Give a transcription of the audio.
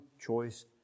choice